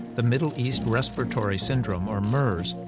the middle east respiratory syndrome, or mers,